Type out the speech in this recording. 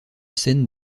scènes